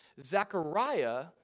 Zechariah